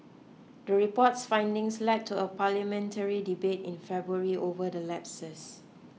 the report's findings led to a parliamentary debate in February over the lapses